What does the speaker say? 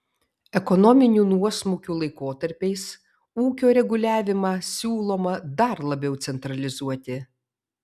ekonominių nuosmukių laikotarpiais ūkio reguliavimą siūloma dar labiau centralizuoti